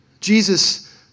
Jesus